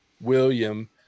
William